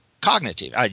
cognitive